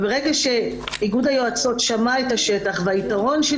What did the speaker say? ברגע שאיגוד היועצות שמע את השטח היתרון של